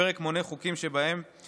הפרק מונה חוקים שבהם